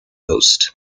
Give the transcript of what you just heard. post